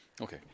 Okay